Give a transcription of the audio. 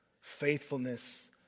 faithfulness